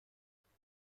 دقیقه